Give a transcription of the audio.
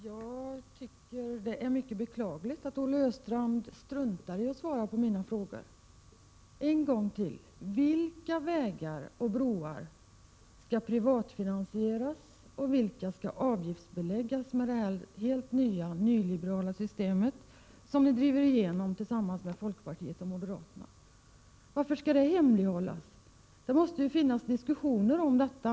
Herr talman! Det är mycket beklagligt att Olle Östrand struntar i att svara på mina frågor. Jag frågar därför ännu en gång: Vilka vägar och broar skall privatfinansieras och vilka skall avgiftsbeläggas i och med det helt nya nyliberala system som ni driver igenom tillsammans med folkpartiet och moderaterna? Varför skall detta hemlighållas? Det måste väl föras diskussioner om detta.